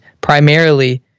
primarily